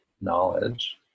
knowledge